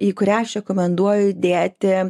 į kurią aš rekomenduoju dėti